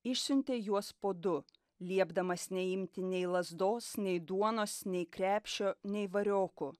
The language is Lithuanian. išsiuntė juos po du liepdamas neimti nei lazdos nei duonos nei krepšio nei variokų